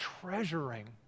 treasuring